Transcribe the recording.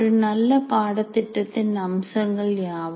ஒரு நல்ல பாடத்திட்டத்தின் அம்சங்கள் யாவை